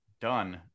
done